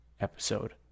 episode